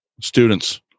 students